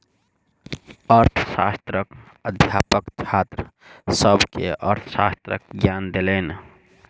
अर्थशास्त्रक अध्यापक छात्र सभ के अर्थशास्त्रक ज्ञान देलैन